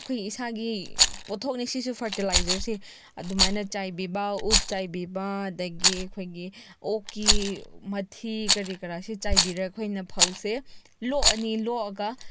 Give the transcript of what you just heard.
ꯑꯩꯈꯣꯏ ꯏꯁꯥꯒꯤ ꯄꯣꯠꯊꯣꯛꯅꯦ ꯁꯤꯁꯨ ꯐꯔꯇꯤꯂꯥꯏꯖꯔꯁꯦ ꯑꯗꯨꯃꯥꯏꯅ ꯆꯥꯏꯕꯤꯕ ꯎꯠ ꯆꯥꯏꯕꯤꯕ ꯑꯗꯒꯤ ꯑꯩꯈꯣꯏꯒꯤ ꯑꯣꯛꯀꯤ ꯃꯊꯤ ꯀꯔꯤ ꯀꯔꯥꯁꯤ ꯆꯥꯏꯕꯤꯔꯒ ꯑꯩꯈꯣꯏꯅ ꯐꯧꯁꯦ ꯂꯣꯛꯑꯅꯤ ꯂꯣꯛꯑꯒ